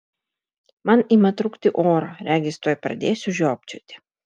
man ima trūkti oro regis tuoj pradėsiu žiopčioti